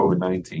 COVID-19